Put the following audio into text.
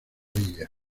villa